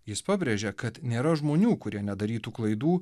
jis pabrėžė kad nėra žmonių kurie nedarytų klaidų